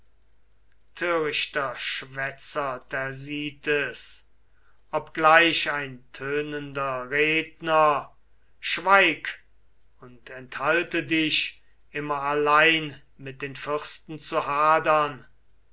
törichter schwätzer thersites obgleich ein tönender redner schweig und enthalte dich immer allein mit den fürsten zu hadern